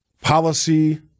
policy